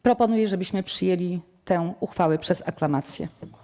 Proponuję, żebyśmy przyjęli tę uchwałę przez aklamację.